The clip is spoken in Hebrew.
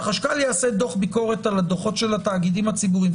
שהחשכ"ל יעשה דוח ביקורת על הדוחות של הגופים הציבורים,